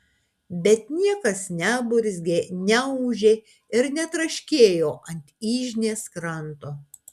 bet niekas neburzgė neūžė ir netraškėjo ant yžnės kranto